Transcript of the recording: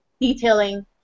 detailing